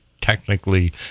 technically